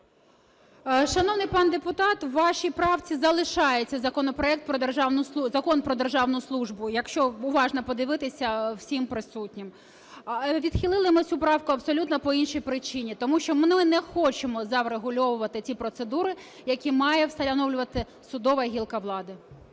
Шановний пан депутат, в вашій правці залишається Закон "Про державну службу", якщо уважно подивитися всім присутнім. Відхилили ми цю правку абсолютно по іншій причині, тому що ми не хочемо зарегульовувати ті процедури, які має встановлювати судова гілка влади.